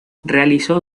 realizó